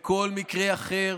בכל מקרה אחר